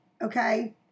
okay